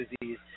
disease